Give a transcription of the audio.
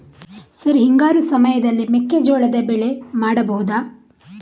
Sir ಹಿಂಗಾರು ಸಮಯದಲ್ಲಿ ಮೆಕ್ಕೆಜೋಳದ ಬೆಳೆ ಮಾಡಬಹುದಾ?